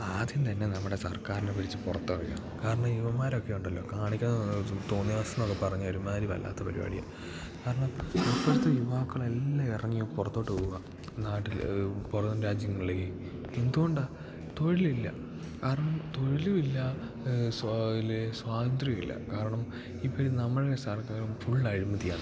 ആദ്യം തന്നെ നമ്മുടെ സർക്കാരിനെ വലിച്ച് പുറത്തെറിയണം കാരണം ഇവമ്മാരൊക്കെയുണ്ടല്ലോ കാണിക്കുന്ന അത് തോന്ന്യവാസമൊക്കെ പറഞ്ഞാൽ ഒരു മാതിരി വല്ലാത്ത പരിപാടിയാണ് കാരണം ഇപ്പഴത്തെ യുവാക്കളെല്ലാം ഇറങ്ങി പുറത്തോട്ട് പോകുവാണ് നാട്ടില് പുറം രാജ്യങ്ങളിലേക്ക് എന്ത്കൊണ്ടാ തൊഴിലില്ല കാരണം തൊഴിലും ഇല്ല ലേ സ്വാതന്ത്ര്യം ഇല്ല കാരണം ഇപ്പഴ് നമ്മുടെ സര്ക്കാറും ഫുൾ അഴിമതിയാണ്